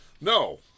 No